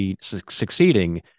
succeeding